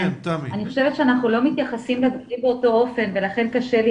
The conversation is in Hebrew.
אני חושבת שאנחנו לא מתייחסים באותו אופן ולכן קשה לי